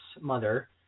mother